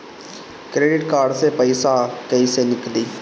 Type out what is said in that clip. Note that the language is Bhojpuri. क्रेडिट कार्ड से पईसा केइसे निकली?